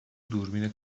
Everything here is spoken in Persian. دوربین